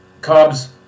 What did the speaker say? Cubs